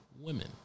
women